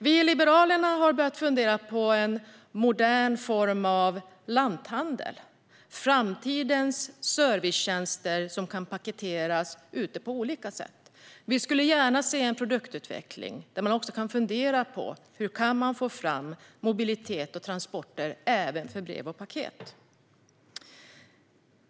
Vi i Liberalerna har börjat fundera på en modern form av lanthandel - framtidens servicetjänster som kan paketeras på olika sätt. Vi skulle gärna se en produktutveckling där man även kan fundera på mobilitet och transporter för brev och paket.